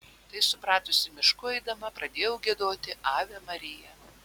tai supratusi mišku eidama pradėjau giedoti ave maria